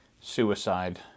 suicide